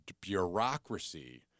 bureaucracy